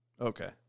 Okay